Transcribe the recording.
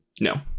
no